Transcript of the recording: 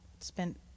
spent